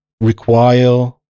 require